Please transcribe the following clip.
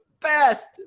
best